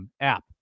app